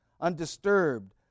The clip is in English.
Undisturbed